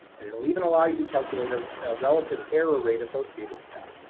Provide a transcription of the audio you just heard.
and it'll even allow you to calculate a relative error rate associated with that.